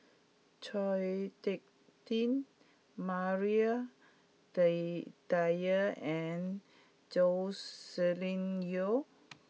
Chao Hick Tin Maria day Dyer and Joscelin Yeo